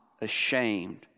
ashamed